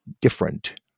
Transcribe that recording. different